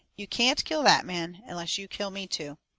you can't kill that man unless you kill me too.